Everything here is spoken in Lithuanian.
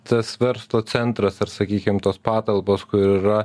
tas verslo centras ar sakykim tos patalpos kur yra